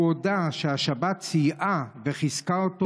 הוא הודה שהשבת סייעה לו וחיזקה אותו